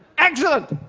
excellent!